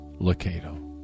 Locato